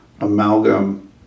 amalgam